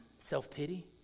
self-pity